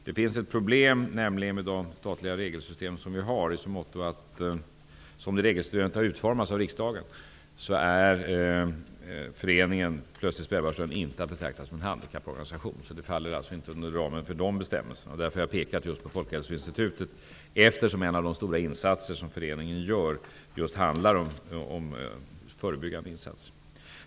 Det finns problem med det statliga regelsystemet såsom det har utformats av riksdagen, nämligen att föreningen Plötslig spädbarnsdöd inte är att betrakta som en handikapporganisation. Den faller således inte inom ramen för bestämmelser rörande sådana organisationer. Därför har jag pekat på just Folkhälsoinstitutet. En av de stora insatser som föreningen gör gäller just förebyggande insatser.